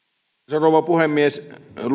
rouva puhemies